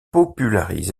popularise